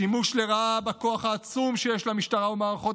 השימוש לרעה בכוח העצום שיש למשטרה ומערכות